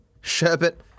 Sherbet